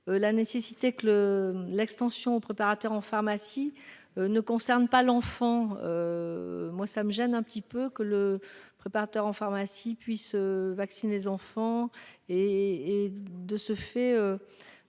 la nécessité que cette extension aux préparateurs en pharmacie ne concerne pas les enfants. En effet, cela me gêne un peu que le préparateur en pharmacie puisse vacciner les enfants, qui de ce fait